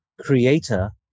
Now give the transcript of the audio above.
creator